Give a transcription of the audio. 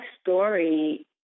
story